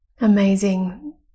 amazing